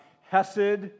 hesed